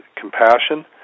compassion